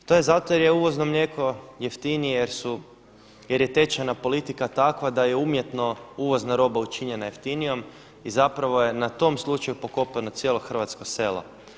To je zato jer je uvozno mlijeko jeftinije, jer je tečajna politika takva da je umjetno uvozna roba učinjena jeftinijom i zapravo je na tom slučaju pokopano cijelo hrvatsko selo.